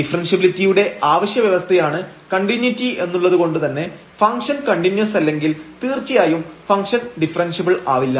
ഡിഫറെൻഷ്യബിലിറ്റിയുടെ അവശ്യ വ്യവസ്ഥയാണ് കണ്ടിന്യൂയിറ്റി എന്നുള്ളതു കൊണ്ടുതന്നെ ഫംഗ്ഷൻകണ്ടിന്യൂസ് അല്ലെങ്കിൽ തീർച്ചയായും ഫംഗ്ഷൻ ഡിഫറെൻഷ്യബിൾ ആവില്ല